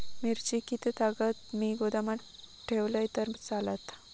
मिरची कीततागत मी गोदामात ठेवलंय तर चालात?